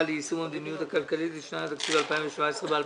ליישום המדיניות הכלכלית לשנות התקציב 2017 ו-2018)